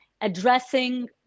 addressing